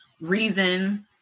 Reason